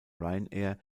ryanair